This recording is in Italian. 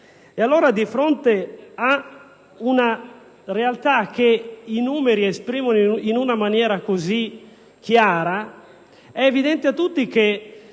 Dunque, di fronte a una realtà che i numeri esprimono in maniera così chiara, è evidente a tutti che